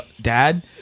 dad